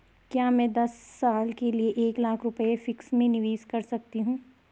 क्या मैं दस साल के लिए एक लाख रुपये फिक्स में निवेश कर सकती हूँ?